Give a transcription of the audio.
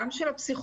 גם של הפסיכולוגים,